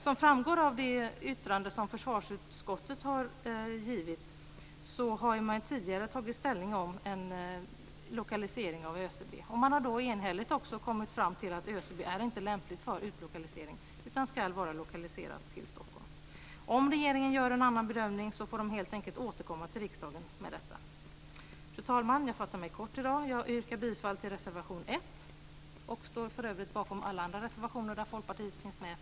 Som framgår av det yttrande som försvarsutskottet har gjort har man tidigare tagit ställning till en lokalisering av ÖCB, och man har då enhälligt också kommit fram till att ÖCB inte är lämpligt för utlokalisering utan ska vara lokaliserat till Stockholm. Om regeringen gör en annan bedömning får den helt enkelt återkomma till riksdagen med detta. Fru talman! Jag fattar mig kort i dag. Jag yrkar bifall till reservation 1 och står för övrigt bakom alla andra reservationer där Folkpartiet finns med.